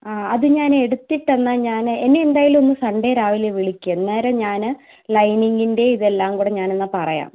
ആ അത് ഞാൻ എടുത്തിട്ടെന്നാൽ ഞാൻ എന്നെ എന്തായാലും ഒന്ന് സൺഡേ രാവിലെ വിളിക്ക് അന്നേരം ഞാൻ ലൈനിങിൻ്റെ ഇതെല്ലാം കൂടെ ഞാൻ എന്നാൽ പറയാം